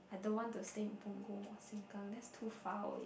I don't want to stay in Punggol or Sengkang it's too far away